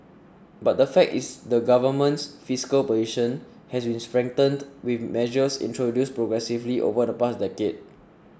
but the fact is the Government's fiscal position has been strengthened with measures introduced progressively over the past decade